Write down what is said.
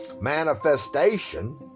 manifestation